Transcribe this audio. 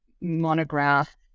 monograph